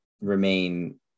remain